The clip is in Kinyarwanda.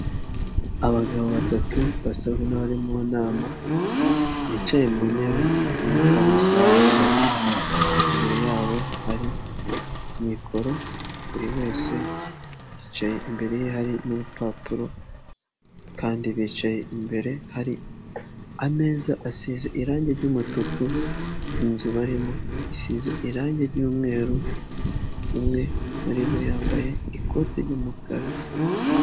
Abagabo batatu basa n'abari mu nama, bicaye mu ntebe z'imifariso y'umukara, imbere yabo hari mikoro, buri wese yicaye imbere ye hari n'urupapuro kandi bicaye imbere hari ameza asize irangi ry'umutuku, inzu barimo isize irangi ry'umweru, umwe muri bo yambaye ikote ry'umukara.